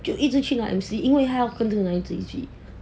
就一直去拿 M_C 因为他要跟这个男孩子在一起